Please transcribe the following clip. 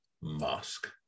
mosque